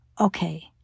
Okay